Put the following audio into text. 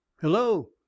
hello